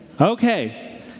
Okay